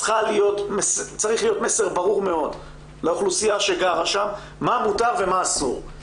צריך להיות מסר ברור מאוד לאוכלוסייה שגרה שם מה מותר ומה אסור.